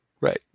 Right